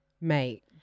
Mate